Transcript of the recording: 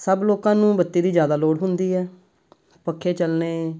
ਸਭ ਲੋਕਾਂ ਨੂੰ ਬੱਤੀ ਦੀ ਜ਼ਿਆਦਾ ਲੋੜ ਹੁੰਦੀ ਹੈ ਪੱਖੇ ਚੱਲਣੇ